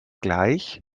gleich